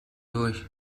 durch